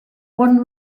one